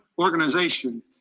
organization